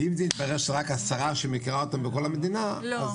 ואם יתברר שיש רק 10 שהיא מכירה אותם בכל המדינה --- לא,